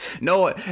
no